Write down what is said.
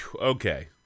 okay